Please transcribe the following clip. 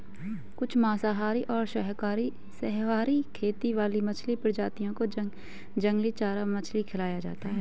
कुछ मांसाहारी और सर्वाहारी खेती वाली मछली प्रजातियों को जंगली चारा मछली खिलाया जाता है